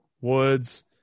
Woods